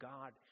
God